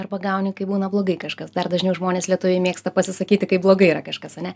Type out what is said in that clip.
arba gauni kai būna blogai kažkas dar dažniau žmonės lietuviai mėgsta pasisakyti kaip blogai yra kažkas ane